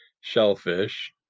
shellfish